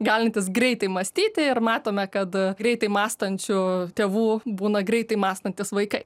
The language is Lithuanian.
galintys greitai mąstyti ir matome kad greitai mąstančių tėvų būna greitai mąstantys vaikai